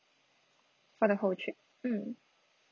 for the whole trip mm